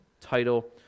title